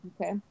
okay